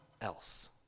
else